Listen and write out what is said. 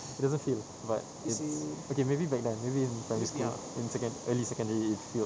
it doesn't fill but yes okay maybe back then maybe in primary school in secon~ in early secondary it fill